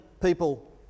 people